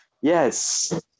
yes